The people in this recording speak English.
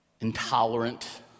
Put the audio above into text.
intolerant